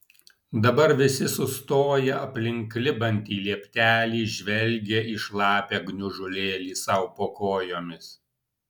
dabar visi sustoję aplink klibantį lieptelį žvelgė į šlapią gniužulėlį sau po kojomis